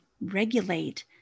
regulate